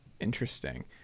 Interesting